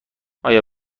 آیا